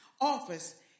office